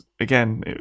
again